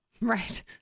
Right